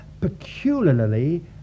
peculiarly